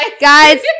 Guys